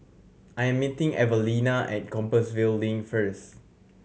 I am meeting Evalena at Compassvale Link first